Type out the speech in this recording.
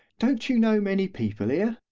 don't you know many people here?